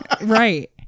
Right